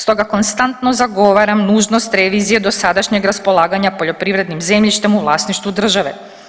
Stoga konstantno zagovaram nužnost revizije dosadašnjeg raspolaganja poljoprivrednim zemljištem u vlasništvu države.